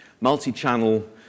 Multi-channel